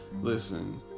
Listen